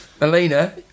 Melina